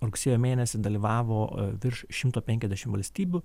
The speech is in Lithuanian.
rugsėjo mėnesį dalyvavo virš šimto penkiasdešimt valstybių